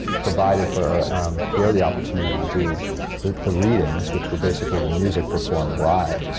provided for pierre the opportunity to do the the readings, which were basically the music performed live.